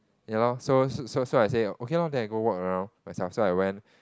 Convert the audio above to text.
ya lor so so so I say okay lor then I go walk around myself so I went